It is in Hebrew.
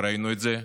וראינו את זה,